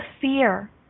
fear